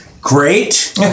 great